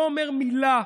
לא אומר מילה,